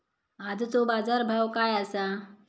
आजचो बाजार भाव काय आसा?